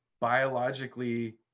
biologically